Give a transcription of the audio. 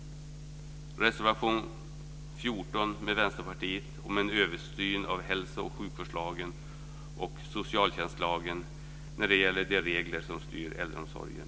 I reservation 14 tillsammans med Vänsterpartiet föreslås en översyn av hälso och sjukvårdslagen och socialtjänstlagen när det gäller de regler som styr äldreomsorgen.